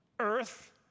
earth